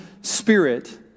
spirit